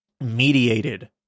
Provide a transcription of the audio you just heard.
mediated